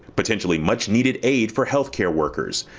potentially much needed aid for health care workers.